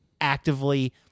actively